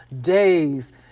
days